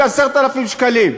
ב-10,000 שקלים.